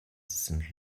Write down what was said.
sind